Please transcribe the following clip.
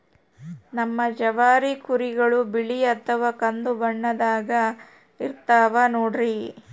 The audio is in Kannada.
ನಮ್ ಜವಾರಿ ಕುರಿಗಳು ಬಿಳಿ ಅಥವಾ ಕಂದು ಬಣ್ಣದಾಗ ಇರ್ತವ ನೋಡ್ರಿ